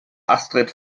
astrid